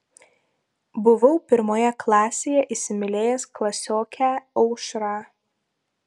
buvau pirmoje klasėje įsimylėjęs klasiokę aušrą